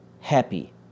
happy